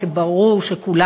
כי ברור שלא